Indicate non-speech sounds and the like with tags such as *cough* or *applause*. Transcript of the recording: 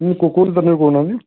ମୁଁ *unintelligible* କହୁନାହାନ୍ତି